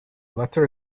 latter